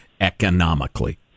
economically